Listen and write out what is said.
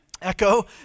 Echo